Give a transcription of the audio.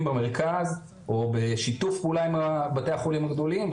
במרכז או בשיתוף פעולה עם בתי החולים הגדולים,